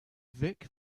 vic